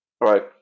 Right